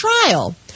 trial